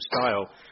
style